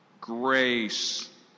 grace